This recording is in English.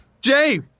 Jay